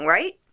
Right